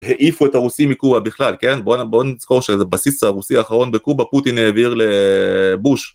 העיפו את הרוסים מקובה בכלל, כן? בוא נזכור שבסיס הרוסי האחרון בקובה פוטין העביר לבוש.